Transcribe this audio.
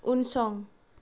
उनसं